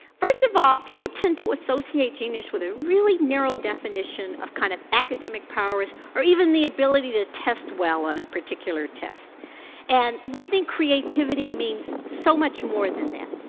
first of all, people tend to associate genius with a really narrow definition of kind of academic powers or even the ability to test well on a particular test and we think creativity means so much more than that.